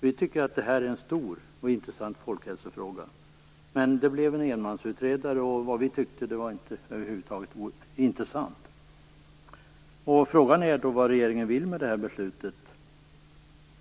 Vi tyckte att det här var en stor och intressant folkhälsofråga. Det blev en ensamutredare. Vad vi tyckte var över huvud taget inte intressant. Frågan är vad regeringen vill med detta.